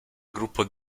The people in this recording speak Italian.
gruppo